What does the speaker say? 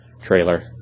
trailer